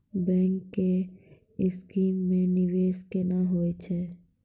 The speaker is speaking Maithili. बैंक के स्कीम मे निवेश केना होय छै?